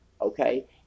Okay